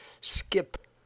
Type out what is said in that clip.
skip